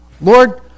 Lord